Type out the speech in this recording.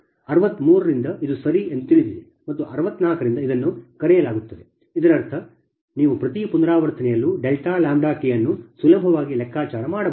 63 ರಿಂದ ಇದು ಸರಿ ಎಂದು ತಿಳಿದಿದೆ ಮತ್ತು 64 ರಿಂದ ಇದನ್ನು ಸಹ ಕರೆಯಲಾಗುತ್ತದೆ ಇದರರ್ಥ ನೀವು ಪ್ರತಿ ಪುನರಾವರ್ತನೆಯಲ್ಲೂ ಡೆಲ್ಟಾ λ ಲ್ಯಾಂಬ್ಡಾ ಕೆ ಅನ್ನು ಸುಲಭವಾಗಿ ಲೆಕ್ಕಾಚಾರ ಮಾಡಬಹುದು